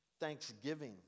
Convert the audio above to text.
thanksgiving